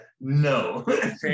no